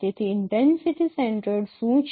તેથી intensity centroid શું છે